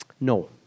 no